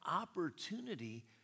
opportunity